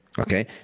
Okay